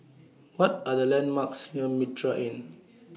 What Are The landmarks near Mitraa Inn